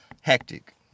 hectic